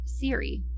Siri